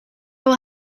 will